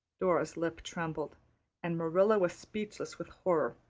dora's lip trembled and marilla was speechless with horror.